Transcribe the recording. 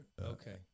okay